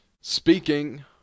Speaking